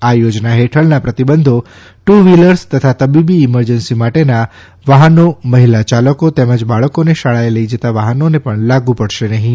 આ યોજના ફેઠળના પ્રતિબંધો ટુ વ્ફીલર્સ તથા તબીબી ઇમરજન્સી માટેના વાહનો મહિલા યાલકો તેમજ બાળકોને શાળાએ લઇ જતા વાહનોને પણ લાગુ પડશે નહીં